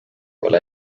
well